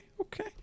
Okay